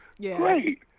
Great